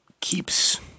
keeps